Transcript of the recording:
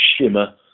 shimmer